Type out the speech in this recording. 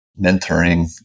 mentoring